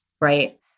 right